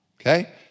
okay